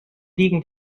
liegen